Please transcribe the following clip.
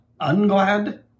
unglad